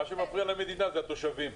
מה שמפריע למדינה, אלה הם התושבים.